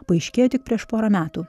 paaiškėjo tik prieš porą metų